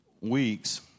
Weeks